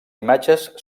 imatges